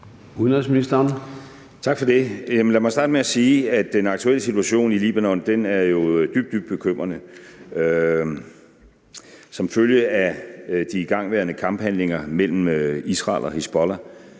Rasmussen): Tak for det. Lad mig starte med at sige, at den aktuelle situation i Libanon jo er dybt, dybt bekymrende. Som følge af de igangværende kamphandlinger mellem Israel og Hizbollah